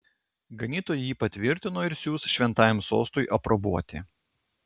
ganytojai jį patvirtino ir siųs šventajam sostui aprobuoti